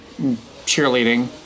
cheerleading